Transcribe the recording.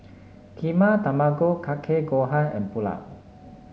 Kheema Tamago Kake Gohan and Pulao